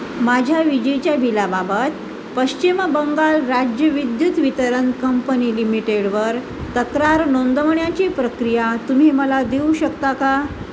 माझ्या विजेच्या बिलाबाबत पश्चिम बंगाल राज्य विद्युत वितरण कंपनी लिमिटेडवर तक्रार नोंदवण्याची प्रक्रिया तुम्ही मला देऊ शकता का